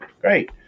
Great